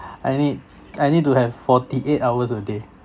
I need I need to have forty eight hours a day